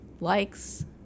likes